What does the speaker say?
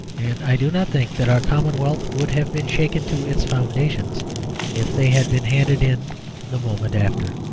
and i do not think that our commonwealth would have been shaken to its foundations if they had been handed in the moment after.